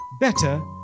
better